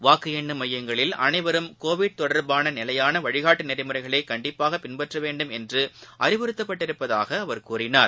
வாக்குஎண்ணும் மையங்களில் கோவிட் அனைவரும் தொடர்பானநிலையானவழிகாட்டுநெறிமுறைகளைகண்டிப்பாகபின்பற்றவேண்டும் என்றுஅறிவுறுத்தப்பட்டுள்ளதாகஅவர் கூறினார்